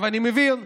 אני מבין,